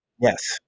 yes